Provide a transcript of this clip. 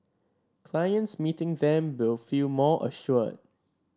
clients meeting them will feel more assured